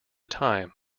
time